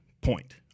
point